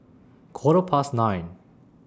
Quarter Past nine